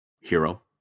hero